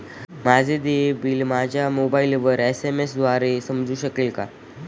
माझे देय बिल मला मोबाइलवर एस.एम.एस द्वारे समजू शकेल का?